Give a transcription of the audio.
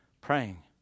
praying